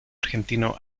argentino